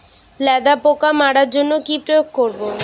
লেদা পোকা মারার জন্য কি প্রয়োগ করব?